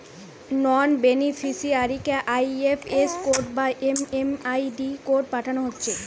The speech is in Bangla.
নন বেনিফিসিয়ারিকে আই.এফ.এস কোড বা এম.এম.আই.ডি কোড পাঠানা হচ্ছে